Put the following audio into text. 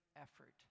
effort